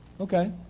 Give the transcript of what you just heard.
Okay